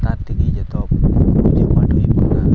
ᱥᱟᱱᱛᱟᱲ ᱛᱮᱜᱮ ᱡᱚᱛᱚ